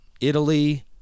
Italy